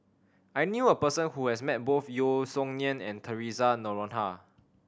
I knew a person who has met both Yeo Song Nian and Theresa Noronha